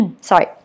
sorry